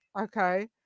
okay